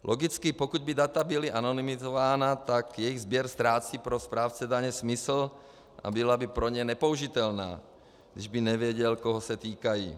Logicky, pokud by data byla anonymizována, jejich sběr ztrácí pro správce daně smysl a byla by pro ně nepoužitelná, kdyby nevěděl, koho se týkají.